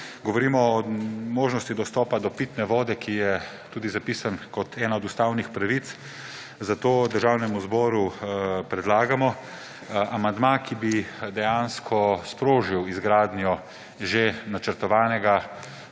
Govorimo o možnosti dostopa do pitne vode, ki je tudi zapisana kot ena od ustavnih pravic. Zato Državnemu zboru predlagamo amandma, ki bi dejansko sprožil izgradnjo že načrtovanega